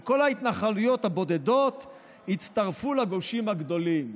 וכל ההתנחלויות הבודדות יצטרפו לגושים הגדולים.